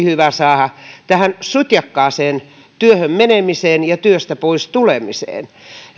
hyvä saada tähän sutjakkaaseen työhön menemiseen ja työstä pois tulemiseen